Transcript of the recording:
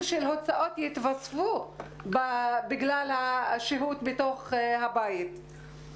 את ההוצאות שיתווספו בגלל השהות בתוך הבית.